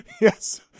yes